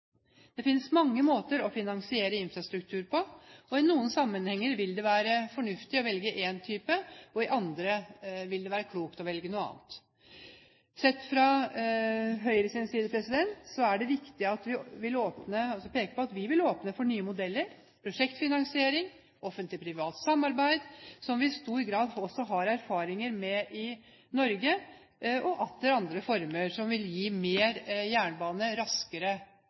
Det finnes mange måter å finansiere infrastruktur på. I noen sammenhenger vil det være fornuftig å velge én type, i andre vil det være klokt å velge noe annet. Sett fra Høyres side er det viktig å peke på at vi vil åpne for nye modeller: prosjektfinansiering, Offentlig Privat Samarbeid – som vi i stor grad har erfaringer med i Norge – og atter andre former som vil gi mer jernbane raskere,